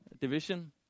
division